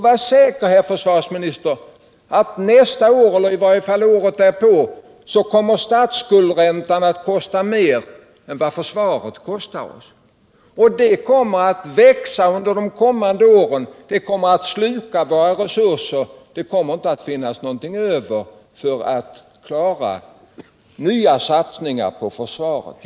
Var säker, herr försvarsminister, att nästa år eller året därpå kommer statsskuldräntan att kosta mer än vad försvaret kostar oss. Den posten kommer att växa under de kommande åren och sluka våra resurser. Det kommer inte att finnas något över för att klara nya satsningar på försvaret.